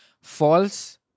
False